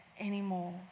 anymore